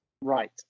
Right